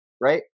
right